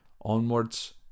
onwards